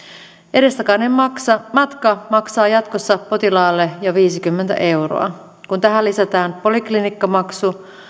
edestakainen matka maksaa jatkossa potilaalle jo viisikymmentä euroa kun tähän lisätään poliklinikkamaksu